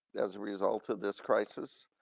as a result of this crisis.